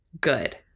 good